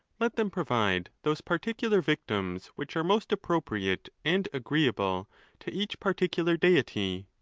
let them provide those particular victims which are most appropriate and agreeable to each particular deity.